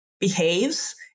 behaves